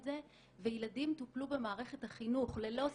זה וילדים טופלו במערכת החינוך ללא סטיגמה,